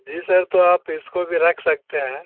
جی sir تو آپ اس کو بھی رکھ سکتے ہیں